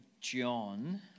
John